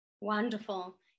Wonderful